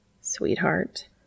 Sweetheart